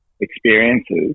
experiences